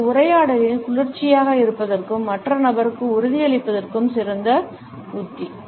இந்த உரையாடலில் குளிர்ச்சியாக இருப்பதற்கும் மற்ற நபருக்கு உறுதியளிப்பதற்கும் சிறந்த உத்தி